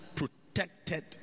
protected